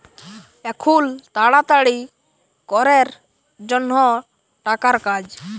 এখুল তাড়াতাড়ি ক্যরের জনহ টাকার কাজ